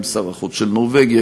עם שר החוץ של נורבגיה,